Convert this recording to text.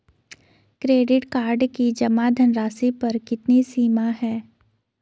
Credit card की जमा धनराशि पर कितनी सीमा है?